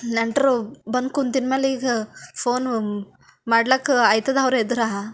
ನೆಂಟ್ರು ಬಂದು ಕುಂತಿದ್ದ ಮೇಲೆ ಈಗ ಫೋನು ಮಾಡ್ಲಾಕ್ಕ ಆಯ್ತದ ಅವ್ರ ಎದುರಾ